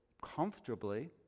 comfortably